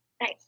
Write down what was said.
Nice